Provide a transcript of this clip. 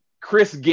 Chris